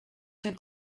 zijn